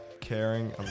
Caring